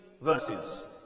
verses